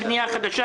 בדקה אחת.